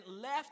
left